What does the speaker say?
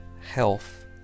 health